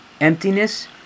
emptiness